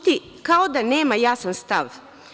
Ćuti kao da nema jasan stav.